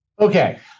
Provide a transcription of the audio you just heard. Okay